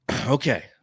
Okay